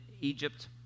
Egypt